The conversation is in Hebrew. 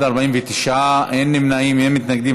בעד, 49, אין נמנעים, אין מתנגדים.